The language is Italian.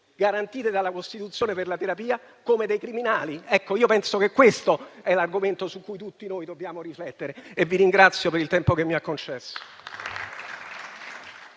garantite dalla Costituzione per la terapia, come dei criminali. Penso che questo è l'argomento su cui tutti noi dobbiamo riflettere e vi ringrazio per il tempo che mi avete concesso.